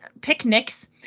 picnics